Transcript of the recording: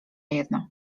jedno